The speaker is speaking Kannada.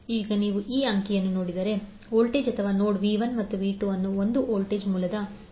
ಈಗ ನೀವು ಈ ಅಂಕಿ ನೋಡಿದರೆ ವೋಲ್ಟೇಜ್ ಅಥವಾ ನೋಡ್ V1ಮತ್ತು V2ಅನ್ನು ಒಂದು ವೋಲ್ಟೇಜ್ ಮೂಲದ ಮೂಲಕ ಸಂಪರ್ಕಿಸಲಾಗಿದೆ